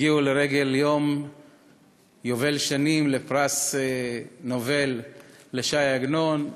הן הגיעו לרגל היובל לפרס נובל לש"י עגנון.